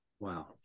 Wow